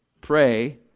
pray